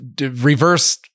Reverse